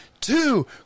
two